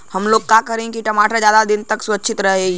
हमलोग का करी की टमाटर ज्यादा दिन तक सुरक्षित रही?